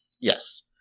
Yes